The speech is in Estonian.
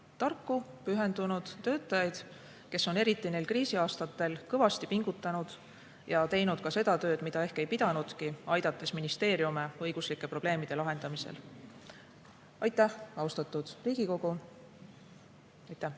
tarku ja pühendunud töötajaid, kes on eriti neil kriisiaastatel kõvasti pingutanud ja teinud ka seda tööd, mida ehk ei pidanudki, aidates ministeeriume õiguslike probleemide lahendamisel. Aitäh, austatud Riigikogu! Aitäh!